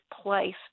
place